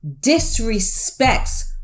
disrespects